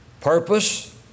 purpose